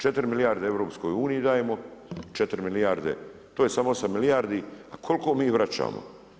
4 milijarde EU dajemo, 4 milijarde, to je samo 8 milijardi, a koliko mi vraćamo.